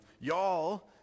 y'all